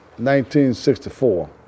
1964